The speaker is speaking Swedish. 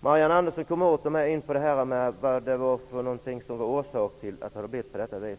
Marianne Andersson kom åter in på vad som var orsak till att det blivit på det här sättet.